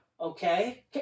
okay